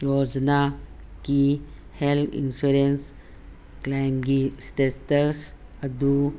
ꯌꯣꯖꯅꯥꯀꯤ health insurance ꯀ꯭ꯂꯦꯝꯒꯤ status ꯑꯗꯨ